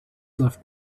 left